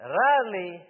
rarely